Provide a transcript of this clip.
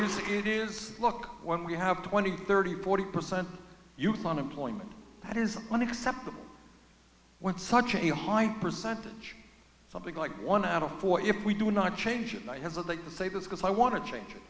minorities it is look when we have twenty thirty forty percent youth unemployment that is one acceptable when such a high percentage something like one out of four if we do not change and i hesitate to say this because i want to change